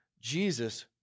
Jesus